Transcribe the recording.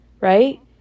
right